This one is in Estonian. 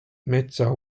metsa